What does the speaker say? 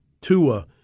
Tua